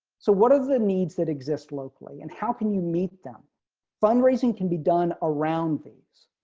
so what are the needs that exists locally and how can you meet them fundraising can be done around these